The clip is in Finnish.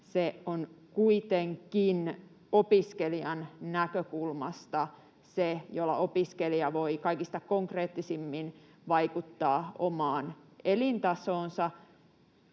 se on kuitenkin opiskelijan näkökulmasta se, jolla opiskelija voi kaikista konkreettisimmin vaikuttaa omaan elintasoonsa.